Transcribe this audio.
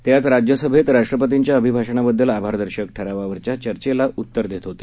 ते आज राज्यसभेत राष्ट्रपतींच्या अभिभाषणाबद्दल आभारदर्शक ठरावावरच्या चर्चेला उत्तर देत होते